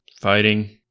fighting